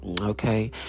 Okay